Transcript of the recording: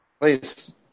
please